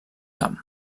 camp